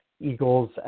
Eagles